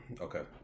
Okay